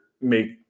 make